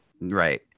Right